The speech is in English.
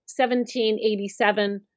1787